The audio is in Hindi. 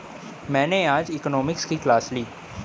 मैंने आज इकोनॉमिक्स की क्लास ली